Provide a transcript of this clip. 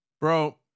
Bro